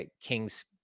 Kings